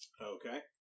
Okay